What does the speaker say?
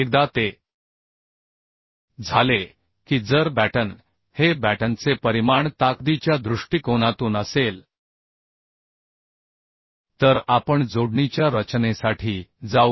एकदा ते झाले की जर बॅटन हे बॅटनचे परिमाण ताकदीच्या दृष्टिकोनातून असेल तर आपण जोडणीच्या रचनेसाठी जाऊ